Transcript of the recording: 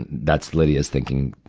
that's lydia's thinking,